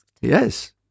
Yes